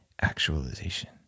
actualization